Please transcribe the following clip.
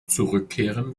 zurückkehren